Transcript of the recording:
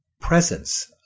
presence